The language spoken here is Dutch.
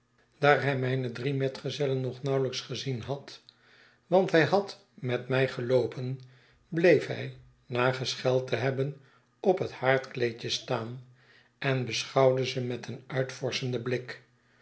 daar hij mijne drie metgezellen nog nauwelijks gezien had want hij had met mij geloopen bleef hij na gescheld te hebben op het haardkleedje staan en beschouwde ze met een uitvorschenden blik